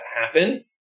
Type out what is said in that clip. happen